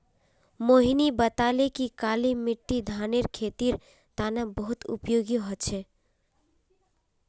मोहिनी बताले कि काली मिट्टी धानेर खेतीर तने बहुत उपयोगी ह छ